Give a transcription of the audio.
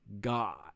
God